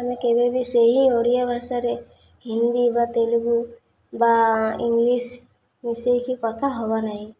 ଆମେ କେବେବି ସେହି ଓଡ଼ିଆ ଭାଷାରେ ହିନ୍ଦୀ ବା ତେଲୁଗୁ ବା ଇଂଲିଶ ମିଶେଇକି କଥା ହେବା ନାହିଁ